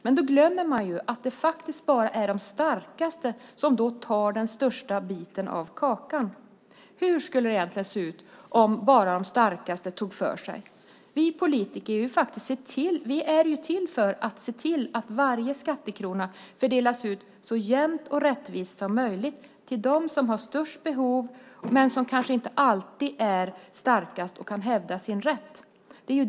Men då glömmer man att det bara är de starkaste som tar den största biten av kakan. Hur skulle det egentligen se ut om bara de starkaste tog för sig? Vi politiker är till för att se till att varje skattekrona fördelas så jämnt och rättvist som möjligt. Det handlar om att ge till dem som har störst behov men som kanske inte alltid är starkast och kan hävda sin rätt.